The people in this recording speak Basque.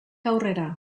aurrera